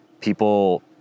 people